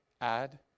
add